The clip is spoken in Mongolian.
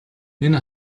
энэ